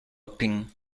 pin